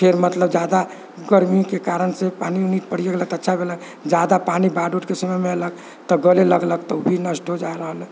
फेर मतलब जादा गर्मीके कारण से पानि उनि पड़ियो गेलक तऽ अच्छा भेलक जादा पानि बाढ़ ऊढ़के समयमे एलक तऽ गलै लगलक तो भी नष्ट हो जा रहल है